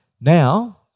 Now